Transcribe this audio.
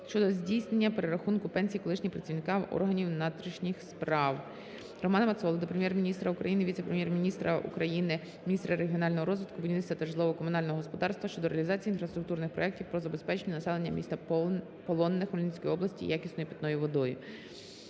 щодо здійснення перерахунку пенсії колишнім працівникам органів внутрішніх справ. Романа Мацоли до Прем'єр-міністра України, віце-прем’єр-міністра України – міністра регіонального розвитку, будівництва та житлово-комунального господарства щодо реалізації інфраструктурних проектів по водозабезпеченню населення міста Полонне Хмельницької області якісною питною водою.